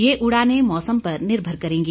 ये उड़ाने मौसम पर निर्भर करेंगी